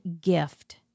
gift